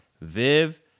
Viv